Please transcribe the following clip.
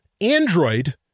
Android